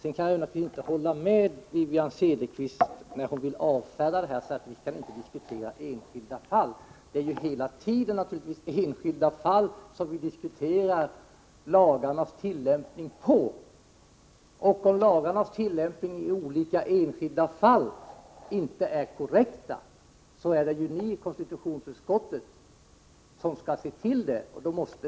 Jag kan inte hålla med Wivi-Anne Cederqvist när hon vill avfärda det jag säger med att vi inte kan diskutera enskilda fall. Det är naturligtvis hela tiden fråga om enskilda fall som vi diskuterar lagarnas tillämpning på. Om lagarnas tillämpning i olika enskilda fall inte är korrekt, är det alltså ni i konstitutionsutskottet som skall se till att den blir det.